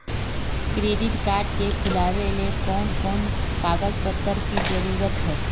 Credit card के खुलावेले कोन कोन कागज पत्र की जरूरत है?